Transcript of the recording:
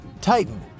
Titan